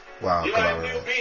wow